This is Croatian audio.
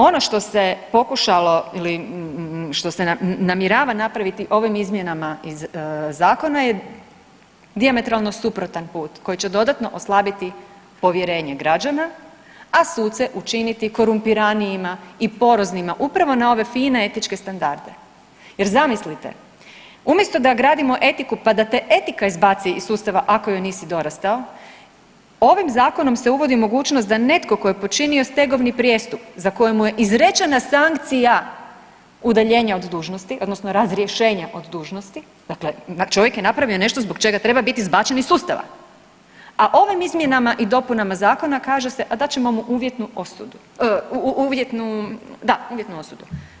Ono što se pokušalo ili što se namjerava napraviti ovim izmjenama zakona je dijametralno suprotan put koji će dodatno oslabiti povjerenje građana, a suce učiniti korumpiranijima i poroznima upravo na ove fine etičke standarde jer zamislite umjesto da gradimo etiku pa da te etika izbaci iz sustava ako joj nisi dorastao, ovim zakonom se uvodi mogućnost da netko tko je počinio stegovni prijestup za koji mu je izrečena sankcija udaljenja od dužnosti odnosno razrješenja od dužnosti, dakle čovjek je napravio nešto zbog čega treba biti izbačen iz sustava, a ovim izmjenama i dopunama zakona kaže se, a dat ćemo mu uvjetnu osudu, uvjetnu da, uvjetnu osudu.